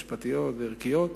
משפטיות וערכיות.